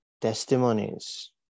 testimonies